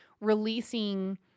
releasing